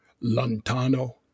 L'Ontano